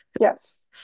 yes